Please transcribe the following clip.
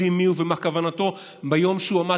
יודעים מיהו ומה כוונתו ביום שהוא עמד